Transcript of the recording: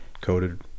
coated